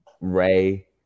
Ray